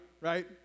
right